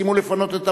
תסכימו לפנות את הבית?